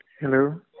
Hello